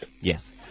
Yes